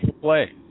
Play